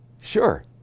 Sure